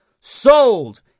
Sold